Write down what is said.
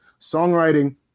songwriting